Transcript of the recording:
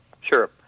Sure